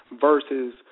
versus